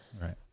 right